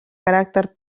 caràcter